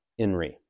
Enri